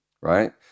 right